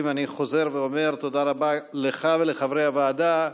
ואני חוזר ואומר תודה רבה לך ולחברי הוועדה.